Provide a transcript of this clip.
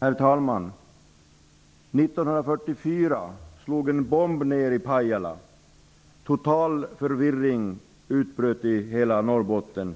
Herr talman! 1944 slog en bomb ned i Pajala. Total förvirring utbröt i hela Norrbotten.